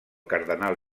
cardenal